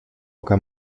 oka